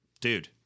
Dude